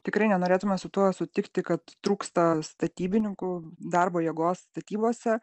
tikrai nenorėtume su tuo sutikti kad trūksta statybininkų darbo jėgos statybose